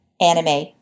anime